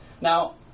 Now